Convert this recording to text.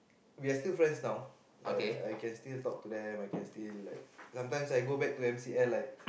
we are still friends now like I can still talk to them I can still like sometimes I go back to M_C_L like